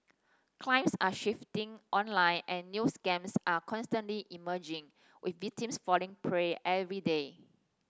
claims are shifting online and new scams are constantly emerging with victims falling prey every day